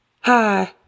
Hi